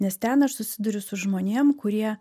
nes ten aš susiduriu su žmonėm kurie